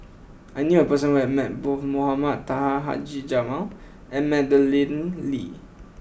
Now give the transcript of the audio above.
I knew a person who has met both Mohamed Taha Haji Jamil and Madeleine Lee